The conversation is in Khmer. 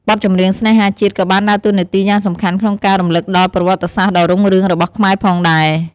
បទចម្រៀងស្នេហាជាតិក៏បានដើរតួនាទីយ៉ាងសំខាន់ក្នុងការរំលឹកដល់ ប្រវត្តិសាស្ត្រដ៏រុងរឿង របស់ខ្មែរផងដែរ។